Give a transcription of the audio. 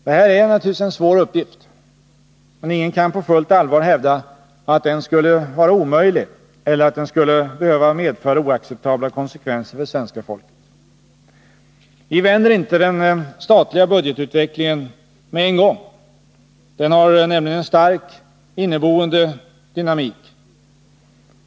Detta är naturligtvis en svår uppgift, men ingen kan på fullt allvar hävda att den skulle vara omöjlig eller att den skulle behöva medföra oacceptabla konsekvenser för svenska folket. Vi vänder inte den statliga budgetutvecklingen med en gång. Den har nämligen en stark, inneboende dynamik.